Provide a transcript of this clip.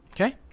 okay